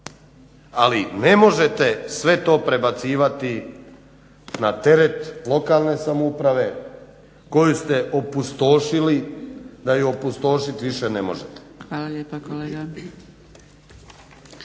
Ali ne možete sve to prebacivati na teret lokalne samouprave koju ste opustošili da ju opustošit više ne možete. **Zgrebec,